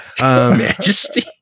Majesty